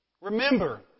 Remember